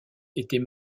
était